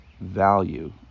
value